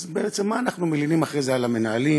אז בעצם מה אנחנו מלינים אחרי זה על המנהלים?